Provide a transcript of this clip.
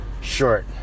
short